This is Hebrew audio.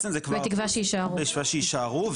בתקווה שיישארו.